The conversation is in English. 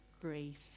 grace